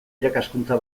irakaskuntza